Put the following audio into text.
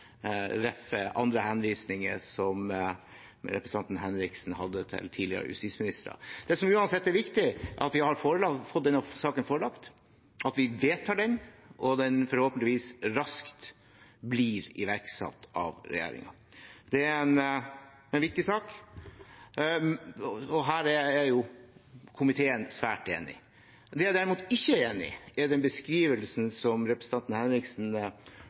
andre henvisninger som representanten Henriksen hadde til tidligere justisministre. Det som uansett er viktig, er at vi har fått oss denne saken forelagt, at vi vedtar den, og at den forhåpentligvis raskt blir iverksatt av regjeringen. Det er en viktig sak. Her er jo komiteen svært enig. Der komiteen derimot ikke er enig, er når det gjelder den beskrivelsen som representanten Henriksen